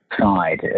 side